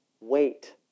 wait